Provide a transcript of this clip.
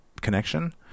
connection